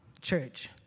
church